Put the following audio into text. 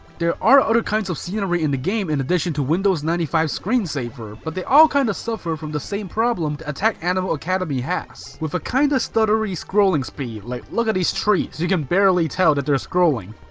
there are other kinds of scenery in the game in addition to windows ninety five screensaver, but they all kinda kind of suffer from the same problem that attack animal academy has, with a kinda stuttery scrolling speed. like, look at these trees. you can barely tell that they're scrolling.